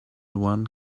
one